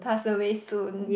pass away soon